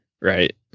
right